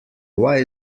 why